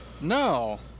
No